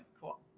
Cool